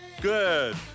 Good